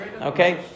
Okay